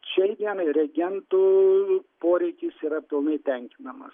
šiai dienai reagentų poreikis yra pilnai tenkinamas